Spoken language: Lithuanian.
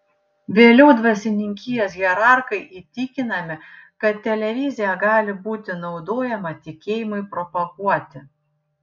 vėliau dvasininkijos hierarchai įtikinami kad televizija gali būti naudojama tikėjimui propaguoti